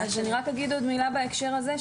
אני אומר עוד מילה בהקשר הזה.